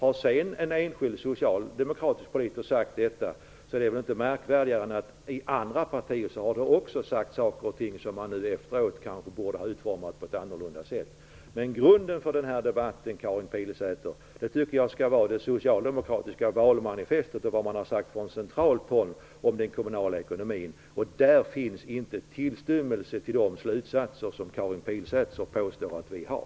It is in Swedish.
Om sedan en enskild socialdemokratisk politiker har sagt detta är det väl inte märkvärdigare än att det även i andra partier har sagts saker som man efteråt inser att man borde ha utformat på ett annorlunda sätt. Jag tycker att grunden för den här debatten skall vara det socialdemokratiska valmanifestet och det som har sagts från centralt håll om den kommunala ekonomin, Karin Pilsäter. Där finns inte en tillstymmelse till det som Karin Pilsäter påstår.